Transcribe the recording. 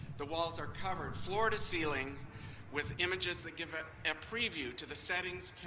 the walls are covered floor to ceiling with images that give a ah preview to the settings,